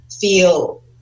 feel